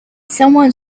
someone